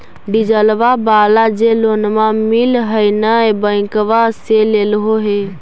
डिजलवा वाला जे लोनवा मिल है नै बैंकवा से लेलहो हे?